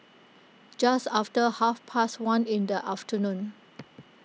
just after half past one in the afternoon